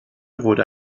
wurde